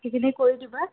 সেইখিনি কৰি দিবা